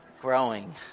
growing